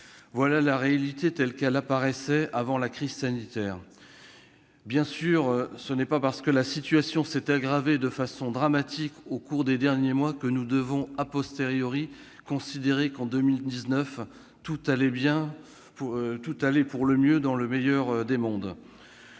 Voilà la réalité telle qu'elle apparaissait avant la crise sanitaire. Bien sûr, ce n'est pas parce que la situation s'est dramatiquement aggravée au cours des derniers mois que nous devons,, considérer qu'en 2019 tout allait pour le mieux dans le meilleur des mondes